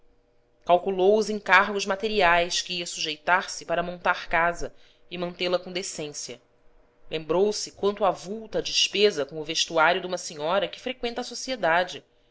calculou os encargos materiais que ia sujeitar-se para montar casa e mantê-la com decência lembrou-se quanto avulta a despesa com o vestuário duma senhora que freqüenta a sociedade